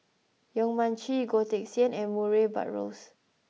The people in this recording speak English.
Yong Mun Chee Goh Teck Sian and Murray Buttrose